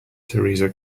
theresa